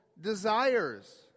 desires